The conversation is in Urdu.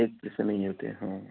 ایک پ سے نہیں ہوتے ہاں